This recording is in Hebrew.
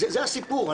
זה הסיפור.